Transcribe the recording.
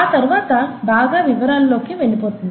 ఆ తర్వాత బాగా వివరాల్లోకి వెళ్ళిపోతుంది